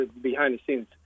behind-the-scenes